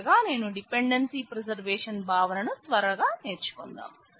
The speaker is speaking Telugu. చివరగా నేను డిపెండెన్స్ ప్రిజర్వేషన్ భావనను త్వరగా నేర్చుకుందాం